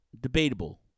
debatable